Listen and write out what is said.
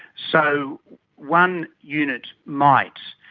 so one unit might,